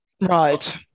Right